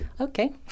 okay